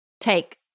take